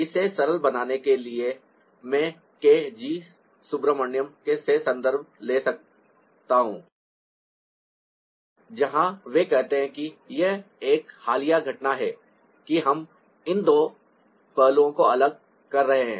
इसे सरल बनाने के लिए मैं केजीसुब्रमण्यम से संदर्भ ले सकता हूं जहां वे कहते हैं कि यह एक हालिया घटना है कि हम इन दो पहलुओं को अलग कर रहे हैं